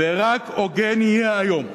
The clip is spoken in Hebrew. ורק הוגן יהיה היום,